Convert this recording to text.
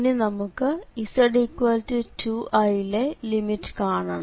ഇനി നമുക്ക് z2i യിലെ ലിമിറ്റ് കാണണം